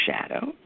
shadow